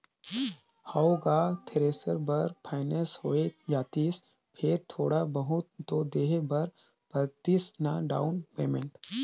हव गा थेरेसर बर फाइनेंस होए जातिस फेर थोड़ा बहुत तो देहे बर परतिस ना डाउन पेमेंट